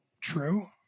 true